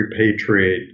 repatriate